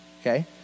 okay